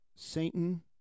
Satan